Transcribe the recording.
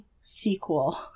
sequel